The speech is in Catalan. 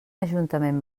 ajuntament